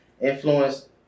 influenced